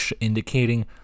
indicating